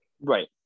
Right